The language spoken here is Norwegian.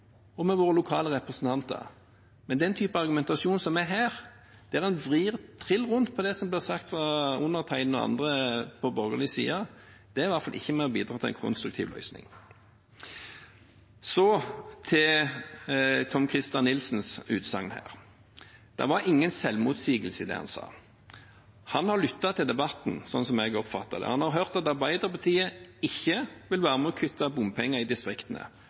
og med våre lokale representanter. Men den type argumentasjon som en hører her, der en vrir trill rundt på det som er sagt av meg og andre på borgerlig side, er i hvert fall ikke med på å bidra til en konstruktiv løsning. Så til Tom-Christer Nilsens utsagn: Det var ingen selvmotsigelse i det han sa. Han har lyttet til debatten, slik som jeg oppfattet det. Han har hørt at Arbeiderpartiet ikke vil være med og kutte bompenger i distriktene.